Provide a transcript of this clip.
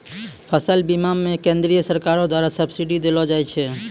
फसल बीमा मे केंद्रीय सरकारो द्वारा सब्सिडी देलो जाय छै